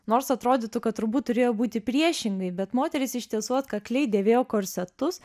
nors atrodytų kad turbūt turėjo būti priešingai bet moterys iš tiesų atkakliai dėvėjo korsetus